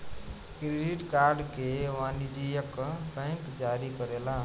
credit card के वाणिजयक bank जारी करेला